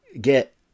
get